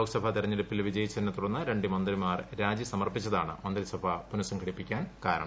ലോക്സഭാ തെരഞ്ഞെടുപ്പിൽ വിജയിച്ചതിനെ തുടർന്ന് രണ്ട് മന്ത്രിമാർ രാജി സമർപ്പിച്ചതാണ് മന്ത്രിസഭാ പുനഃസംഘടിപ്പിക്കാൻ കാരണം